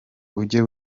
ujye